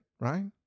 right